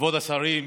כבוד השרים,